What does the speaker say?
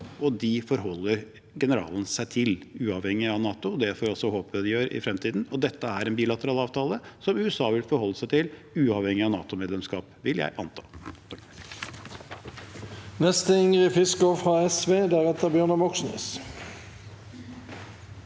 og de forholder generalene seg til, uavhengig av NATO. Det får jeg også håpe de gjør i fremtiden. Dette er en bilateral avtale som USA vil forholde seg til uavhengig av NATO-medlemskap – vil jeg anta. Ingrid Fiskaa (SV) SVs